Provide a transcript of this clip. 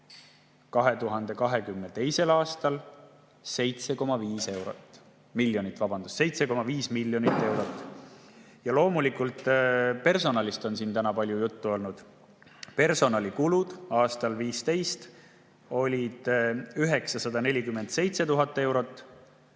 2022. aastal on 7,5 miljonit eurot. Loomulikult, personalist on siin täna palju juttu olnud. Personalikulud aastal 2015 olid 947 000 eurot